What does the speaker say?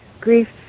Grief